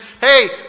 Hey